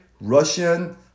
Russian